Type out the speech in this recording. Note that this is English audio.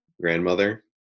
grandmother